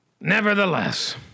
nevertheless